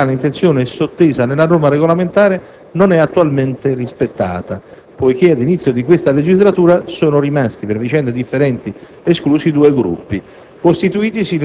Io affermo che tale reale intenzione, sottesa nella norma regolamentare, non è attualmente rispettata poiché all'inizio di questa legislatura sono rimasti, per vicende differenti, esclusi due Gruppi, costituitisi